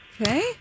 Okay